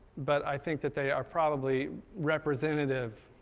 but i think that they are probably representative,